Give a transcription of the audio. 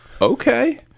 Okay